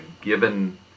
given